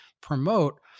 promote